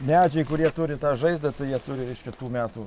medžiai kurie turi tą žaizdą tai jie turi reiškia tų metų